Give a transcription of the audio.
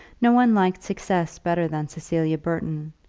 no one liked success better than cecilia burton,